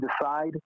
decide